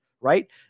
Right